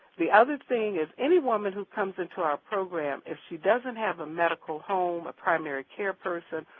the other thing is any woman who comes into our program, if she doesn't have a medical home, a primary care person,